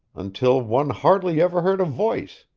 until one hardly ever heard a voice,